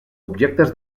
objectes